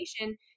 information